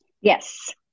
Yes